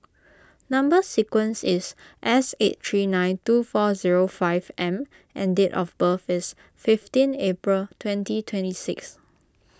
Number Sequence is S eight three nine two four zero five M and date of birth is fifteen April twenty twenty six